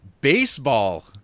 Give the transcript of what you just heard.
baseball